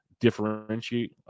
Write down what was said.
differentiate